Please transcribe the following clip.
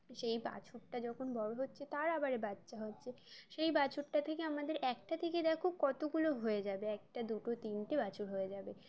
সেই বাছুরটা যখন বড়ো হচ্ছে তার আবারে বাচ্চা হচ্ছে সেই বাছুরটা থেকে আমাদের একটা থেকে দেখো কতগুলো হয়ে যাবে একটা দুটো তিনটে বাছুর হয়ে যাবে